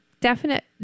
definite